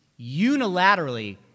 unilaterally